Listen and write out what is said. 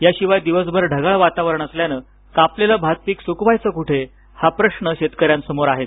याशिवाय दिवसभर ढगाळ वातावरण असल्यान कापलेलं भात पीक सुकवायचं कुठे हा प्रश्न शेतकऱ्यांसमोर आहेच